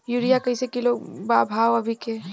Urea कइसे kilo बा भाव अभी के?